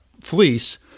fleece